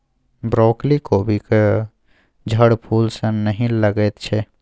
broccoli कोबीक झड़फूल सन नहि लगैत छै